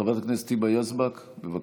חברת הכנסת היבה יזבק, בבקשה.